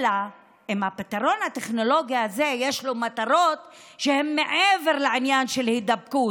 אלא אם כן יש לפתרון הטכנולוגי הזה מטרות שהן מעבר לעניין של הידבקות,